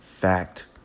Fact